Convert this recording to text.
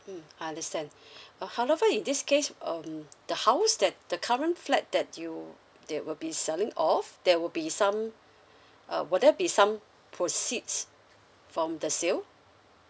mm I understand uh however in this case um the house that the current flat that you that will be selling off there will be some uh will there be some proceeds from the sale